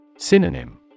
Synonym